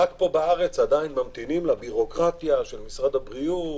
רק פה בארץ עדיין ממתינים לביורוקרטיה של משרד הבריאות,